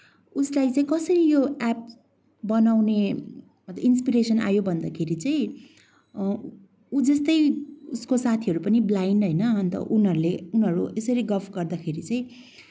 उसलाई चाहिँ कसरी यो एप बनाउने इन्सपिरेसन आयो भन्दाखेरि चाहिँ उ जस्तै उसको साथीहरू पनि ब्लाइन्ड होइन अन्त उनीहरूले उनीहरू यसरी गफ गर्दाखेरि चाहिँ